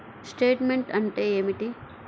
Statement అంటే ఏమిటి?